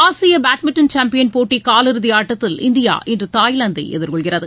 ஆசிய badminton champion போட்டி காலிறுதி ஆட்டத்தில் இந்தியா இன்று தாய்லாந்தை எதிர்கொள்கிறது